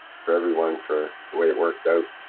for everyone for. the way it worked out.